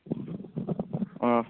ꯑꯥ